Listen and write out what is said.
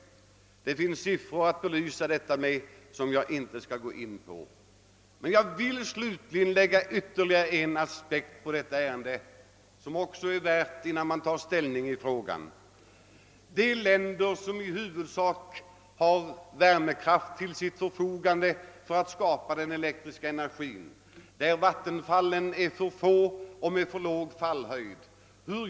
Det finns siffror att belysa detta med, men jag skall inte gå in på dem. Jag vill slutligen anlägga ytterligare en aspekt på detta ärende, som också är värd att beaktas innan man tar ställning i frågan. Hur gör man för närvarande i de länder, som i huvudsak har värmekraft till sitt förfogande, för att skapa det tillskott av elektrisk energi som behövs när vattenfallen är för få och har för låg fallhöjd?